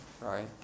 right